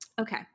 Okay